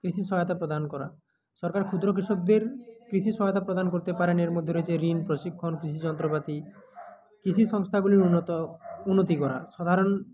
কৃষি সহায়তা প্রদান করা সরকার ক্ষুদ্র কৃষকদের কৃষি সহায়তা প্রদান করতে পারেন এর মধ্যে রয়েছে ঋণ প্রশিক্ষণ কৃষি যন্ত্রপাতি কৃষি সংস্থাগুলির উন্নত উন্নতি করা সাধারণ